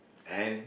and